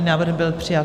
Návrh byl přijat.